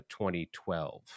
2012